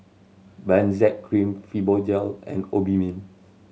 Benzac Cream Fibogel and Obimin